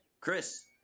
chris